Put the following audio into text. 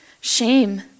Shame